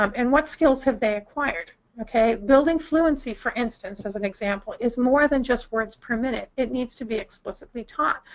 um and what skills have the acquired. okay? building fluency, for instance, as an example, is more than just words-per-minute. it needs to be explicitly taught.